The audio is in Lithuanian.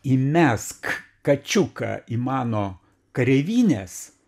įmesk kačiuką į mano kareivines